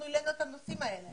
אנחנו העלינו את הנושאים האלה.